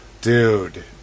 dude